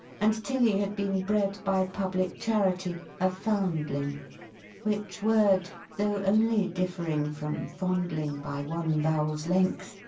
and tilly had been bred by public charity, a foundling which word, though only differing from fondling by one vowel's length,